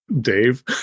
Dave